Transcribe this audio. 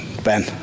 Ben